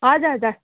हजुर हजुर